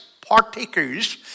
Partakers